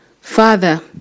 Father